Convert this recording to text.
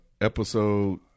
episode